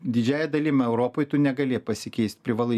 didžiąja dalim europoj tu negali pasikeist privalai